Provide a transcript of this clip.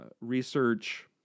research